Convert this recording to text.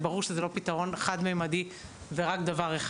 זה ברור שזה לא פתרון חד-ממדי ורק דבר אחד.